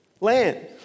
land